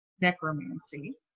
necromancy